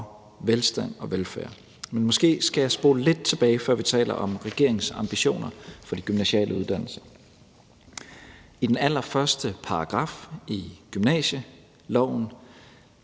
velstanden og velfærden. Men måske skal jeg spole lidt tilbage, før jeg taler om regeringens ambitioner for de gymnasiale uddannelser. I den allerførste paragraf i gymnasieloven